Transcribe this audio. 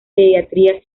pediatría